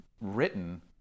written